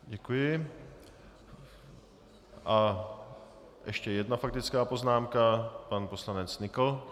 Děkuji a ještě jedna faktická poznámka pan poslanec Nykl.